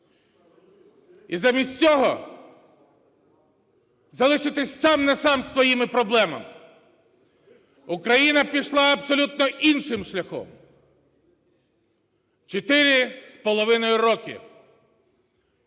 і замість цього залишитися сам-на-сам із своїми проблемами. Україна пішла абсолютно іншим шляхом. Чотири з половиною роки